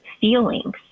feelings